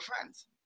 friends